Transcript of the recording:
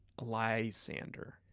Lysander